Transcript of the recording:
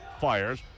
fires